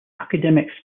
academic